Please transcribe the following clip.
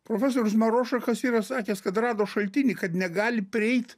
profesorius marošakas yra sakęs kad rado šaltinį kad negali prieit